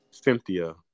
Cynthia